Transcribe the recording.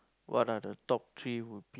what are the top three